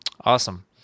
awesome